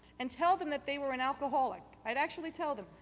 and tell them that they were an alcoholic. i would actually tell them.